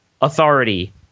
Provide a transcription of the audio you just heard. authority